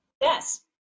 Yes